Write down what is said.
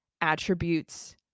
attributes